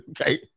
okay